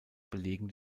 belegen